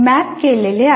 map केलेले आहे